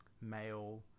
male